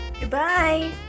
Goodbye